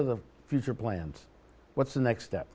of the future plans what's the next step